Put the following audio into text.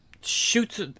shoots